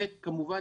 וכמובן,